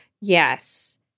Yes